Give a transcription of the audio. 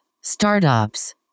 startups